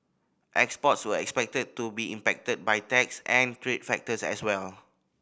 exports were expected to be impacted by tax and trade factors as well